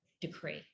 decree